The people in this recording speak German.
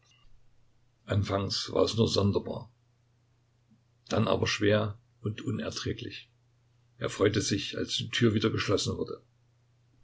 anfangs war es nur sonderbar dann aber schwer und unerträglich er freute sich als die tür wieder geschlossen wurde